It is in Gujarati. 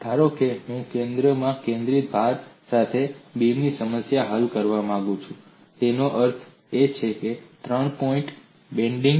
ધારો કે હું કેન્દ્રમાં કેન્દ્રિત ભાર સાથે બીમની સમસ્યા હલ કરવા માંગુ છું તેનો અર્થ છે 3 પોઇન્ટ બેન્ડિંગ